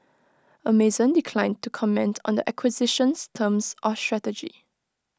Amazon declined to comment on the acquisition's terms or strategy